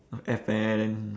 air fare then